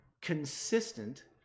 consistent